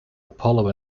apollo